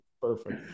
Perfect